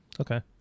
Okay